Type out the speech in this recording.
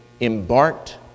embarked